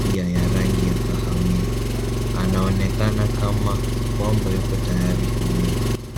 pia ya rangi ya kahawia. Anaonekana kama kwamba yuko tayari kuwinda.